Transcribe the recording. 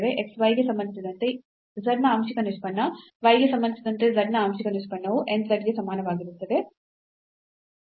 x y ಗೆ ಸಂಬಂಧಿಸಿದಂತೆ z ನ ಆಂಶಿಕ ನಿಷ್ಪನ್ನ y ಗೆ ಸಂಬಂಧಿಸಿದಂತೆ z ನ ಆಂಶಿಕ ನಿಷ್ಪನ್ನವು nz ಗೆ ಸಮಾನವಾಗಿರುತ್ತದೆ